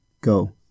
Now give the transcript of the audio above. go